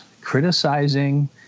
criticizing